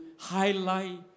Highlight